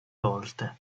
volte